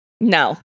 No